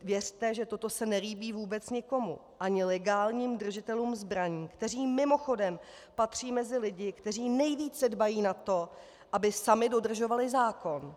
Věřte, že toto se nelíbí vůbec nikomu, ani legálním držitelům zbraní, kteří mimochodem patří mezi lidi, kteří nejvíce dbají na to, aby sami dodržovali zákon.